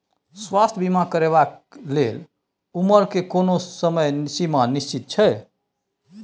स्वास्थ्य बीमा करेवाक के लेल उमर के कोनो समय सीमा निश्चित छै?